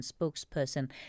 spokesperson